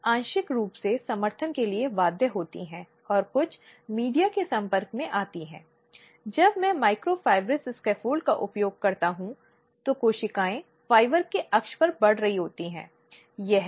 यदि ऐसा नहीं होता है तो जहां हम आते हैं शायद नियोजन के लिए मैंने योजना के चरण के रूप में क्या कहा है फिर यह तय करना है कि आगे क्या किया जाना है